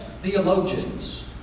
theologians